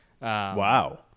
wow